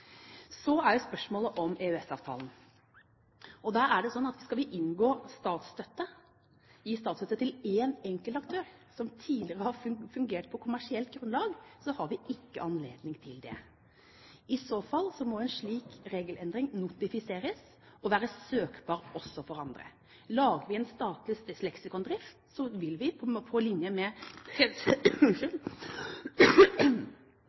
Så er det spørsmålet om EØS-avtalen. Der er det sånn at vi ikke har anledning til å gi statsstøtte til én enkelt aktør som tidligere har fungert på kommersielt grunnlag. En slik regelendring må notifiseres og være søkbar også for andre. Lager vi en statlig leksikondrift, vil vi, på linje med pressestøtten, måtte gjøre den søkbar også for andre, slik at f.eks. Wikipedia kan søke på